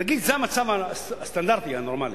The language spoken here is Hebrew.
נגיד, זה המצב הסטנדרטי, הנורמלי.